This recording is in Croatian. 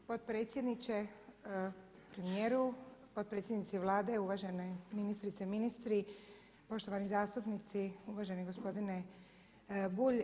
Potpredsjedniče, premijeru, potpredsjednici Vlade, uvažene ministrice, ministri, poštovani zastupnici, uvaženi gospodine Bulj.